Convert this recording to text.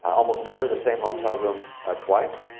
almost never the same hotel room ah twice.